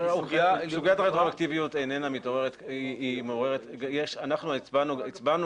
סוגיית הרטרואקטיביות איננה מתעוררת אנחנו הצבענו